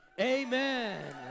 amen